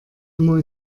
immer